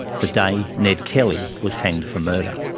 the day ned kelly was hanged for murder.